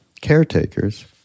caretakers